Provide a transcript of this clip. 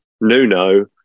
Nuno